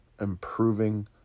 improving